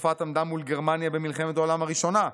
צרפת עמדה מול גרמניה במלחמת העולם הראשונה,